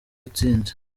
intsinzi